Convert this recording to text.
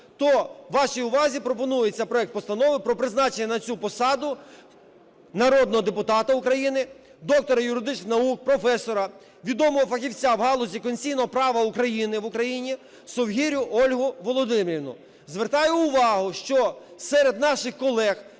то вашій увазі пропонується проект Постанови про призначення на цю посаду народного депутата України доктора юридичних наук, професора, відомого фахівця в галузі конституційного права України в Україні Совгирю Ольгу Володимирівну. Звертаю увагу, що серед наших колег